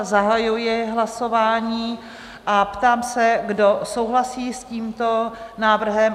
Zahajuji hlasování a ptám se, kdo souhlasí s tímto návrhem?